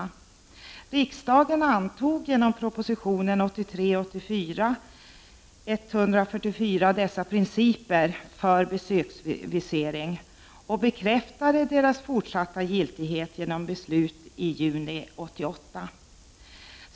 Riksdagen antog genom proposition 1983/84:144 dessa principer för besöksvisering och bekräftade deras fortsatta giltighet genom beslut i juni 1988.